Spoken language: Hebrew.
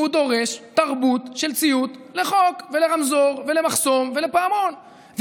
הוא דורש תרבות של ציות לחוק ולרמזור ולמחסום ולפעמון,